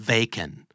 Vacant